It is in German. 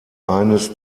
eines